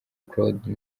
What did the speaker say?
claude